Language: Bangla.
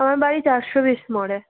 আমার বাড়ি চারশো বিশ মোড়ে